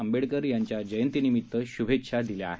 आंबेडकर यांच्या जयंती निमित शुभेच्छा दिल्या आहेत